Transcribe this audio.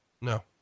No